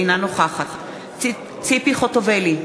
אינה נוכחת ציפי חוטובלי,